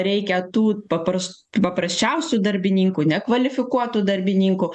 reikia tų papras paprasčiausių darbininkų nekvalifikuotų darbininkų